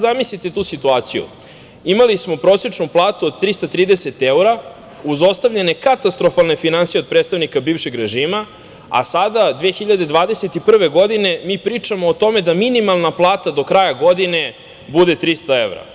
Zamislite sad tu situaciju, imali smo prosečnu platu od 330 evra, uz ostavljene katastrofalne finansije od predstavnika bivšeg režima, a sada, 2021. godine, mi pričamo o tome da minimalna plata do kraja godine bude 300 evra.